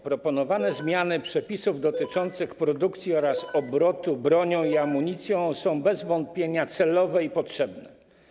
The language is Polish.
Proponowane zmiany przepisów dotyczących produkcji oraz obrotu bronią i amunicją są bez wątpienia celowe i potrzebne.